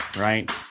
right